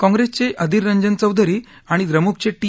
काँग्रेसचे अधिर रंजन चौधरी आणि द्रमुकचे टी